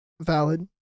valid